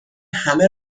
همه